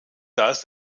das